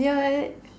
ya